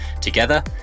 Together